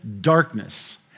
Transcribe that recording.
darkness